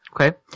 Okay